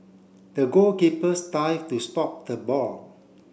the goalkeepers dive to stop the ball